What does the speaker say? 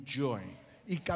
joy